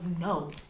no